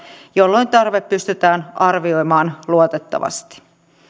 jolloin tarve pystytään arvioimaan luotettavasti